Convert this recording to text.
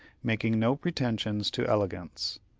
making no pretensions to elegance.